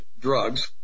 drugs